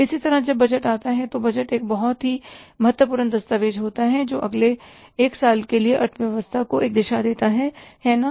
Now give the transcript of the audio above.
इसी तरह जब बजट आता है तो बजट एक बहुत ही महत्वपूर्ण दस्तावेज़ होता है जो अगले एक साल के लिए अर्थव्यवस्था को एक दिशा देता है है ना